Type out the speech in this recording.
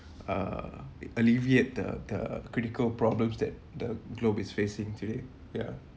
uh alleviate the the critical problems that the globe is facing today ya